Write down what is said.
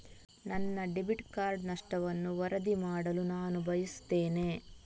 ನನ್ನ debit card ನಷ್ಟವನ್ನು ವರದಿ ಮಾಡಲು ನಾನು ಬಯಸ್ತೆನೆ